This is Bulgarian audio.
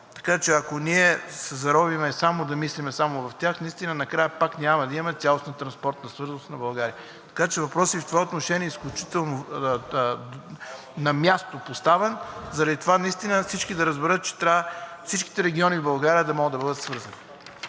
така че ако ние се заровим да мислим само в тях, накрая пак няма да имаме цялостна транспортна свързаност на България. Така че въпросът и в това отношение е изключително на място поставен, заради това всички да разберат, че трябва всичките региони в България да бъдат свързани.